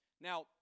Now